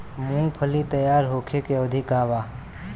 मूँगफली तैयार होखे के अवधि का वा?